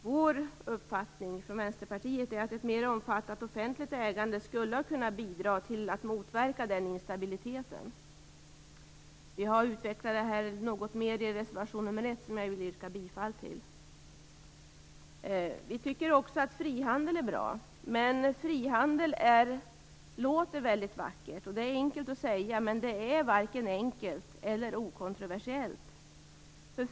Vår uppfattning i Vänsterpartiet är att ett mer omfattande offentligt ägande skulle ha kunnat bidra till att motverka den instabiliteten. Vi har utvecklat detta något mer i reservation nr 1, som jag vill yrka bifall till. Vi tycker också att frihandel är bra. Frihandel låter mycket vackert. Det är enkelt att säga. Men det är varken enkelt eller okontroversiellt.